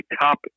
top